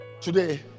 Today